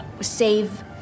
save